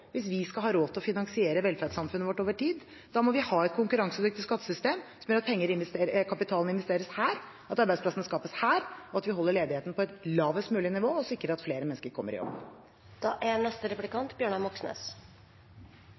hvis vi skal ha råd til å finansiere velferdssamfunnet vårt over tid. Da må vi ha et konkurransedyktig skattesystem som gjør at kapitalen investeres her, at arbeidsplassene skapes her, og at vi holder ledigheten på et lavest mulig nivå og sikrer at flere mennesker kommer i jobb. I revidert budsjett peker regjeringen på at det er